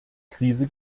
krise